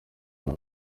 bana